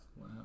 Wow